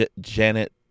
Janet